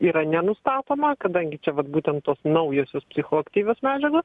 yra nenustatoma kadangi čia vat būtent tos naujosios psichoaktyvios medžiagos